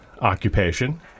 occupation